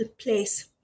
place